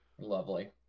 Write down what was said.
Lovely